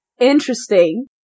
interesting